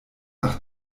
nach